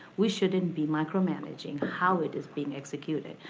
we shouldn't be micromanaging how it is being executed.